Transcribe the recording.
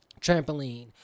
Trampoline